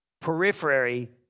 periphery